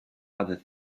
other